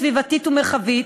סביבתית ומרחבית,